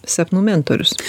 sapnų mentorius